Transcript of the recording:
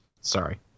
sorry